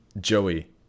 Joey